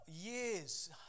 years